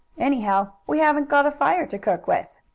anyhow we haven't got a fire to cook with.